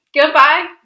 Goodbye